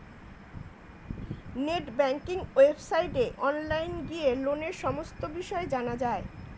net banking ওয়েবসাইটে online গিয়ে লোনের সমস্ত বিষয় জানা যায়